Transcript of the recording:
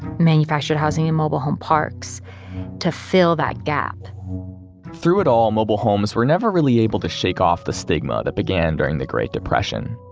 manufactured housing in mobile home parks to fill that gap through it all, mobile homes were never really able to shake off the stigma that began during the great depression.